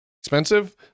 expensive